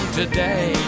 today